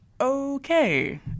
okay